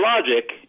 logic